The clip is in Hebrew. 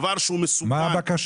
דבר שהוא מסוכן --- מה הבקשה?